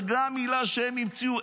זה גם מילה שהם המציאו.